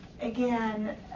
Again